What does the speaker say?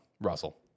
Russell